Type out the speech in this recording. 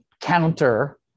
counter